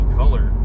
color